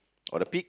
or the pig